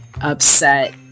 upset